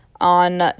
on